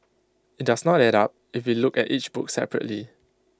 IT does not add up if we look at each book separately